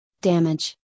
damage